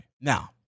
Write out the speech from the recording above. Now